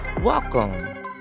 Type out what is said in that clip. Welcome